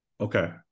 Okay